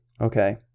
okay